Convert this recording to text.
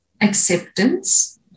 acceptance